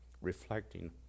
reflecting